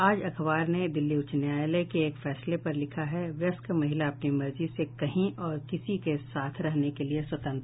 आज अखबर ने दिल्ली उच्च न्यायालय के एक फैसले पर लिखा है व्यस्क महिला अपनी मर्जी से कहीं और किसी के भी साथ रहने के लिए स्वतंत्र